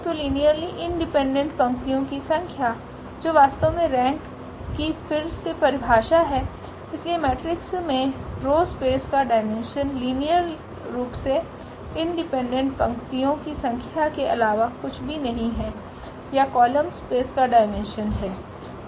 तो linearly independent पंक्तियों की संख्या जो वास्तव में रेंक की फिर से परिभाषा हैइसलिए मेट्रिक्स में रो स्पेस का डाइमेन्शन लिनियरली रूप से इंडिपेंडेंट पंक्तियों की संख्या के अलावा कुछ भी नहीं है या कॉलम स्पेस का डाइमेन्शन है